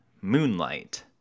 Moonlight